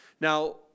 Now